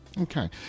Okay